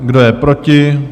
Kdo je proti?